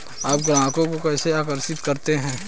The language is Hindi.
आप ग्राहकों को कैसे आकर्षित करते हैं?